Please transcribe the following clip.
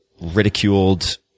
ridiculed